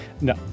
No